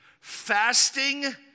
Fasting